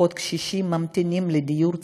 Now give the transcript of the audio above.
משפחות קשישים ממתינות לדיור ציבורי.